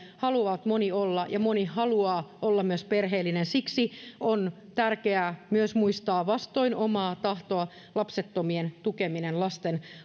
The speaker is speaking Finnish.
haluavat olla perhemyönteisiä ja moni haluaa olla myös perheellinen siksi on tärkeää muistaa myös vastoin omaa tahtoaan lapsettomien tukeminen lasten